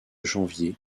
janvier